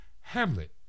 Hamlet